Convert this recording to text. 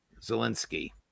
Zelensky